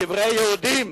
קברי יהודים,